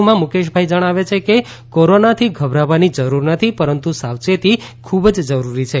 વધુમાં મુકેશભાઇ જણાવે છે કે કોરોનાથી ગભરાવાની જરૂર નથી પરંતુ સાવચેતી ખુબ જ જરૂરી છે